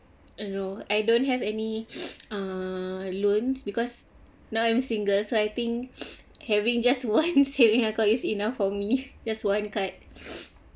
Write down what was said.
no I don't have any uh loans because now I'm single so I think having just one saving account is enough for me just one card